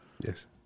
Yes